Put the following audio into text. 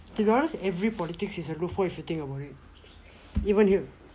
to be honest every politics is a loophole if you think about it even here